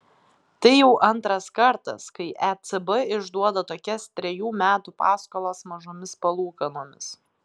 tai jau antras kartas kai ecb išduoda tokias trejų metų paskolas mažomis palūkanomis